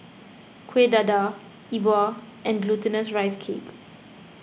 Kueh Dadar E Bua and Glutinous Rice Cake